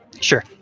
Sure